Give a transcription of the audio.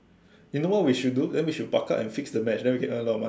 you know what we should do then we should buck up and fix the match then we can earn a lot of money